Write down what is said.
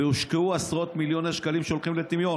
והושקעו עשרות מיליוני שקלים שהולכים לטמיון.